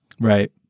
Right